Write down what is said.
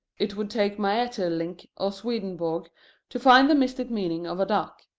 it would take maeterlinck or swedenborg to find the mystic meaning of a duck.